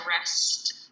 rest